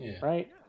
right